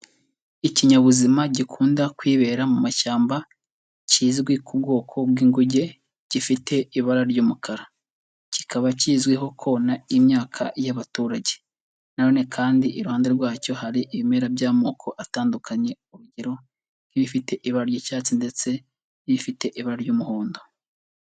Ikinyabuzima gikunda kwibera mu mashyamba, kizwi ku bwoko bw'Inguge, gifite ibara ry'umukara. Kikaba kizwiho kona imyaka y'abaturage. Nanone kandi iruhande rwacyo hari ibimera by'amoko atandukanye, urugero: nk'ibifite ibara ry'icyatsi ndetse n'ibifite ibara ry'umuhondo.